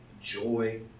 joy